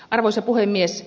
arvoisa puhemies